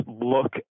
look